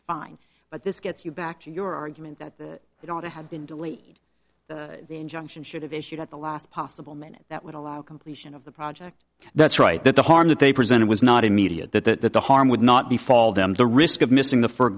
fine but this gets you back to your argument that it ought to have been delete the injunction should have issued at the last possible minute that would allow completion of the project that's right that the harm that they presented was not immediate that the harm would not be fall down the risk of missing the f